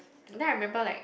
then I remember like